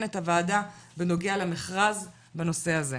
את הוועדה בנוגע למכרז בנושא הזה.